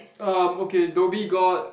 um okay Dhoby-Ghaut